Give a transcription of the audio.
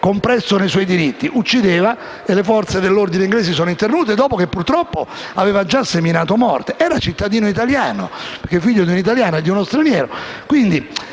compresso nei suoi diritti; uccideva e le forze dell'ordine inglesi sono intervenute dopo che purtroppo aveva già seminato morte), era un cittadino italiano, perché figlio di un'italiana e di uno straniero.